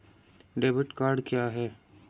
Debit card क्या है?